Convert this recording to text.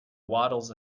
waddles